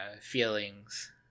Feelings